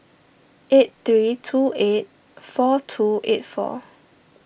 eight three two eight four two eight four